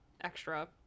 extra